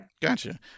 Gotcha